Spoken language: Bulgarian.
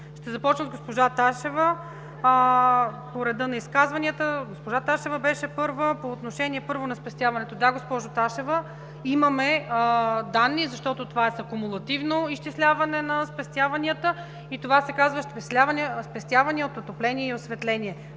Ще започна от госпожа Ташева – по реда на изказванията. Госпожа Ташева беше първа по отношение на спестяванията. Да, госпожо Ташева, имаме данни, защото това са кумулативни изчислявания на спестяванията. Това се казва „спестявания от отопление и осветление“.